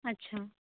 अच्छा